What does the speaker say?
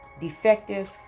defective